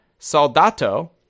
Soldato